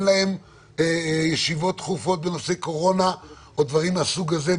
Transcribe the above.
להם ישיבות דחופות בנושאי קורונה או דברים מהסוג הזה,